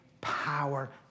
power